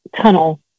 tunnel